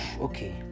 okay